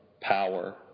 power